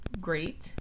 great